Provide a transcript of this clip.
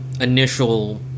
initial